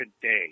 today